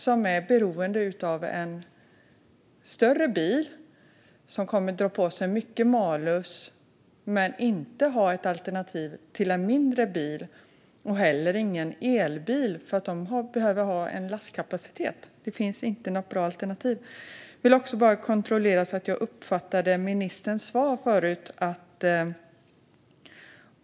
De är beroende av en större bil som kommer att dra på sig mycket malus, men de har inte någon mindre bil som alternativ och heller ingen elbil eftersom de behöver ha en lastkapacitet. Det finns inte något bra alternativ. Jag vill också kontrollera att jag uppfattade ministerns svar förut rätt.